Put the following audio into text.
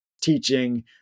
teaching